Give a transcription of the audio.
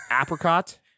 apricot